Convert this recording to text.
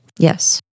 Yes